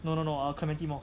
no no no err clementi mall